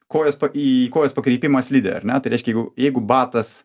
kojos į kojos pakreipimą slidė ar ne tai reiškia jeigu jeigu batas